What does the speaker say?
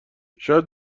شاید